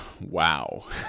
Wow